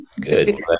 Good